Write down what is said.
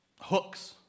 hooks